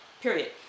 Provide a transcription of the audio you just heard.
period